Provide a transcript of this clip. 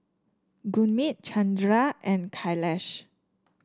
Gurmeet Chandra and Kailash